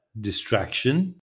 distraction